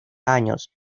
años